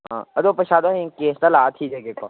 ꯑꯥ ꯑꯗꯣ ꯄꯩꯁꯥꯗꯣ ꯍꯌꯦꯡ ꯀꯦꯁꯇ ꯂꯥꯛꯑ ꯊꯤꯖꯒꯦꯀꯣ